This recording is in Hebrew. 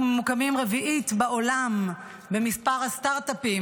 אנחנו ממוקמים רביעית בעולם במספר הסטרטאפים